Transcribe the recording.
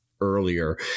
earlier